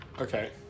okay